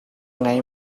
ngei